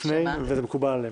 וזה מקובל עליהם.